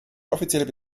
offizielle